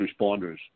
responders